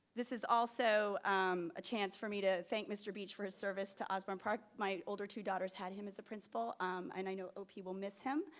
this is also a chance for me to thank mr. beech for his service to osbourn park. my older two daughters had him as a principal um and i know people miss him.